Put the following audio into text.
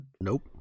Nope